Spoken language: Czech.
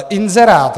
Inzerát.